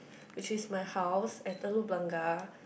which is my house at Telok Blangah